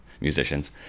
musicians